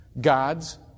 God's